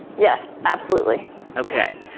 yes. absolutely okay.